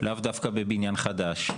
לאו דווקא בבניין חדש,